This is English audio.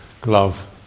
glove